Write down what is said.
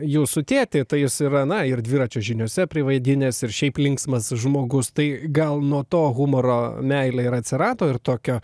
jūsų tėtį tai jis yra na ir dviračio žiniose privaidinęs ir šiaip linksmas žmogus tai gal nuo to humoro meilė ir atsirado ir tokio